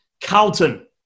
Carlton